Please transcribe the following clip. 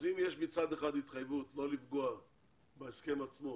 אז אם יש מצד אחד התחייבות לא לפגוע בהסכם עצמו,